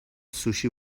سوشی